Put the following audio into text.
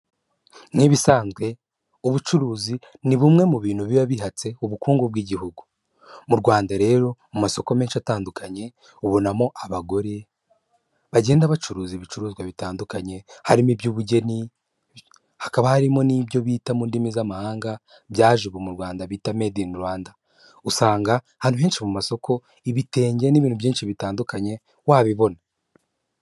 Nk'ibisanzwe ubucuruzi ni bumwe mu bintu biba bihatse ubukungu bw'igihugu. Mu Rwanda rero mu masoko menshi atandukanye, ubonamo abagore bagenda bacuruza ibicuruzwa bitandukanye, harimo iby'ubugeni, hakaba harimo n'ibyo bita mu ndimi z'amahanga byaje ubu mu Rwanda bita meyidi ini Rwanda. Usanga ahantu henshi mu masoko ibitenge n'ibintu byinshi bitandukanye wabibona.